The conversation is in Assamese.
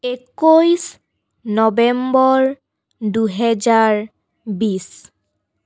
একৈছ নৱেম্বৰ দুহেজাৰ বিছ